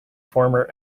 former